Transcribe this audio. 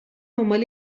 دنبال